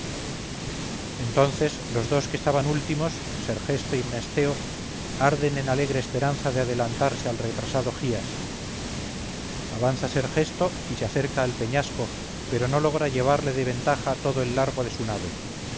entonces los dos que estaban últimos sergesto y mnesteo arden en alegre esperanza de adelantarse al retrasado gías avanza sergesto y se acerca al peñasco pero no logra llevarle de ventaja todo el largo de su nave